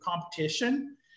competition